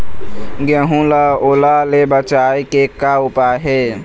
गेहूं ला ओल ले बचाए के का उपाय हे?